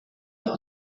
wir